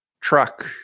truck